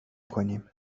کنیم